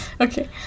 okay